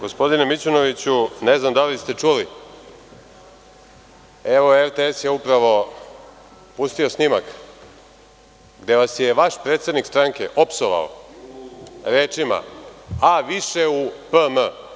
Gospodine Mićunoviću, ne znam da li ste čuli, evo, RTS je upravo pustio snimak gde vas je vaš predsednik stranke opsovao rečima – A, više u p* m*